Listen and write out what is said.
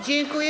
Dziękuję.